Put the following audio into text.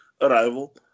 arrival